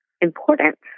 important